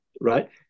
right